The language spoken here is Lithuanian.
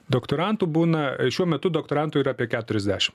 doktorantų būna šiuo metu doktorantų yra apie keturiasdešim